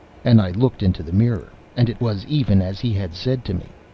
and i looked into the mirror, and it was even as he had said to me.